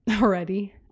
already